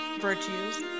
virtues